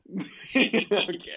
Okay